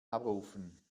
abrufen